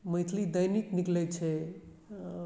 मैथिली दैनिक निकलैत छै